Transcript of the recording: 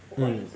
mm